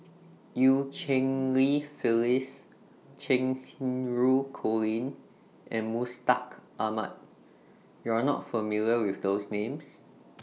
EU Cheng Li Phyllis Cheng Xinru Colin and Mustaq Ahmad YOU Are not familiar with those Names